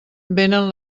vénen